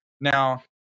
Now